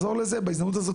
בהזדמנות זו,